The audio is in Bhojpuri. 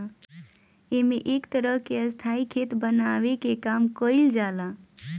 एमे एक तरह के स्थाई खेत बनावे के काम कईल जाला